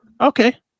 Okay